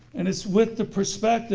and it's with the perspective